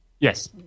Yes